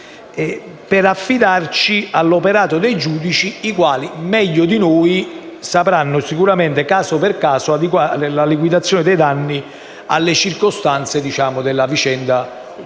per affidarci all'operato dei giudici, i quali meglio di noi sapranno, caso per caso, adeguare la liquidazione dei danni alle circostanze della vicenda giudiziaria